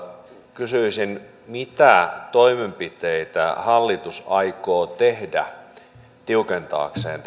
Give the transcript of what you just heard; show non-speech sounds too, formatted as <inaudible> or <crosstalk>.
kysyisin mitä toimenpiteitä hallitus aikoo tehdä tiukentaakseen <unintelligible>